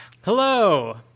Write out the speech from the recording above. Hello